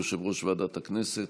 יושב-ראש ועדת הכנסת,